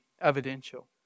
evidential